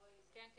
כן.